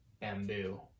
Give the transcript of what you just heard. bamboo